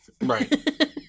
Right